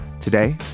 Today